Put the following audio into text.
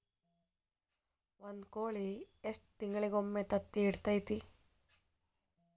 ಒಂದ್ ಕೋಳಿ ಎಷ್ಟ ತಿಂಗಳಿಗೊಮ್ಮೆ ತತ್ತಿ ಇಡತೈತಿ?